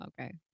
okay